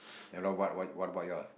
then what what what about yours